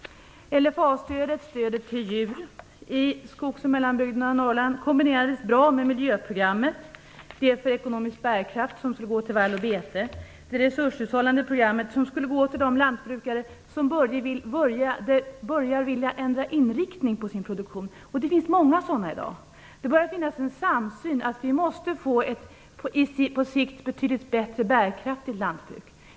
LFA-stödet, stödet till djur i skogs och mellanbygderna i Norrland kombinerades på ett bra sätt med miljöprogrammet, dels för ekonomisk bärkraft som skulle gå till vall och bete, dels det resurshushållande programmet som skulle gälla för de lantbrukare som börjar att vilja ändra inriktning på sin produktion. Det finns i dag många sådana lantbrukare. Det börjar att finnas en samsyn om att vi på sikt måste få ett betydligt bättre bärkraftigt lantbruk.